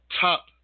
top